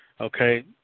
okay